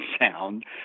sound